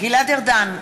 גלעד ארדן,